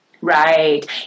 Right